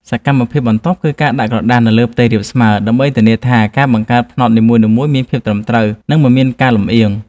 សកម្មភាពបន្ទាប់ គឺការដាក់ក្រដាសនៅលើផ្ទៃរាបស្មើ ដើម្បីធានាថាការបង្កើតផ្នត់នីមួយៗមានភាពត្រឹមត្រូវ និងមិនមានការលម្អៀង។